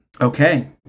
Okay